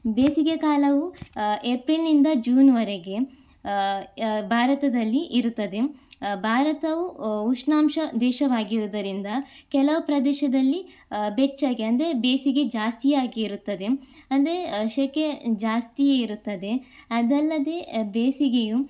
ಬೇಸಿಗೆಕಾಲವು ಏಪ್ರಿಲ್ನಿಂದ ಜೂನ್ವರೆಗೆ ಭಾರತದಲ್ಲಿ ಇರುತ್ತದೆ ಭಾರತವು ಉಷ್ಣಾಂಶ ದೇಶವಾಗಿರುವುದರಿಂದ ಕೆಲವು ಪ್ರದೇಶದಲ್ಲಿ ಬೆಚ್ಚಗೆ ಅಂದರೆ ಬೇಸಿಗೆ ಜಾಸ್ತಿಯಾಗಿ ಇರುತ್ತದೆ ಅಂದರೆ ಸೆಕೆ ಜಾಸ್ತಿಯೇ ಇರುತ್ತದೆ ಅದಲ್ಲದೆ ಬೇಸಿಗೆಯು